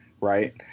right